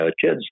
kids